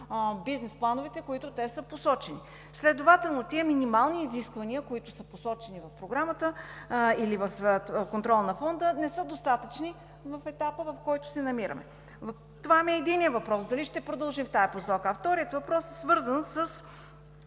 бизнес плановете, които те са посочили. Следователно тези минимални изисквания, които са посочени в Програмата или в контрол на Фонда, не са достатъчни в етапа, в който се намираме. Това ми е единият въпрос: дали ще продължи в тази посока? Вторият въпрос е свързан